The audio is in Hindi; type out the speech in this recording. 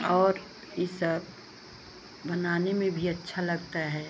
और ई सब बनाने में भी अच्छा लगता है